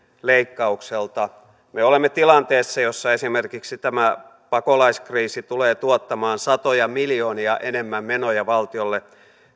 leikkaukselta me olemme tilanteessa jossa esimerkiksi tämä pakolaiskriisi tulee tuottamaan satoja miljoonia enemmän menoja valtiolle